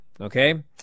okay